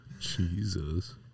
Jesus